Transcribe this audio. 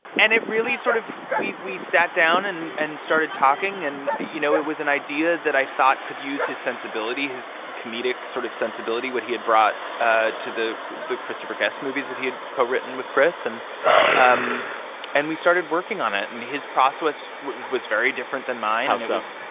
and it really sort of we we sat down and and started talking. and, you know, it was an idea that i thought could use his sensibility, his comedic sort of sensibility, what he had brought ah to the the christopher guest movies that he had co-written with chris. and um and we started working on it. and his process was was very different than mine. it was.